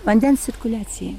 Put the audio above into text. vandens cirkuliacijai